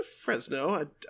Fresno